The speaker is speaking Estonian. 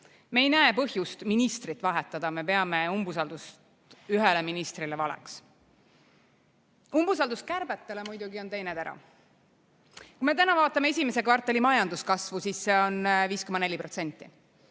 Me ei näe põhjust ministrit vahetada, me peame umbusalduse avaldamist ühele ministrile valeks. Umbusaldus kärbete vastu on muidugi teine tera. Kui me täna vaatame esimese kvartali majanduskasvu, siis see on 5,4%.